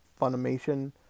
Funimation